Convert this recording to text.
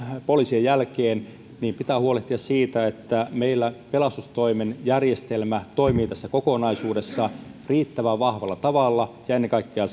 poliisien jälkeen pitää huolehtia siitä että meillä pelastustoimen järjestelmä toimii tässä kokonaisuudessa riittävän vahvalla tavalla ja ennen kaikkea